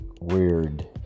weird